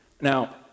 Now